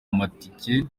amatike